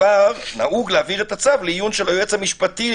נהוג להעביר את הצו לעיון היועץ המשפטי